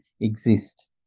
exist